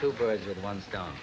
two birds with one stone